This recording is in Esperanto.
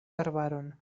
arbaron